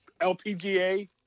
lpga